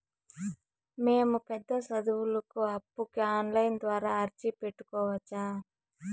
మేము పెద్ద సదువులకు అప్పుకి ఆన్లైన్ ద్వారా అర్జీ పెట్టుకోవచ్చా?